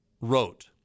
wrote